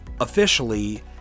officially